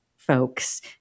folks